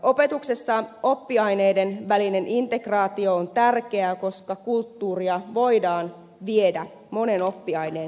opetuksessa oppiaineiden välinen integraatio on tärkeää koska kulttuuria voidaan viedä monen oppiaineen sisään